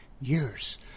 years